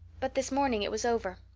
but this morning it was over.